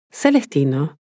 Celestino